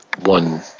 one